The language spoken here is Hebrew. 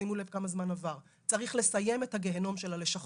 שימו לב כמה זמן עבר: צריך לסיים את הגיהינום של הלשכות.